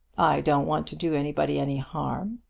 don't want to do anybody any harm.